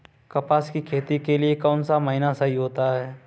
कपास की खेती के लिए कौन सा महीना सही होता है?